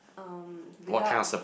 um without